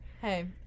Hey